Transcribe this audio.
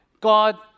God